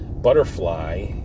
Butterfly